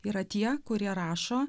yra tie kurie rašo